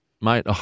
Mate